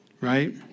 Right